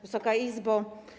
Wysoka Izbo!